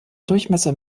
durchmesser